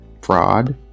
fraud